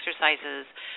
exercises